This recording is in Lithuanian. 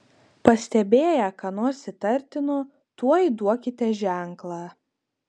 pastebėję ką nors įtartino tuoj duokite ženklą